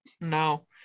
No